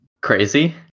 Crazy